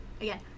again